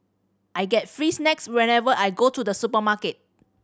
I get free snacks whenever I go to the supermarket